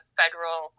federal